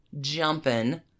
jumping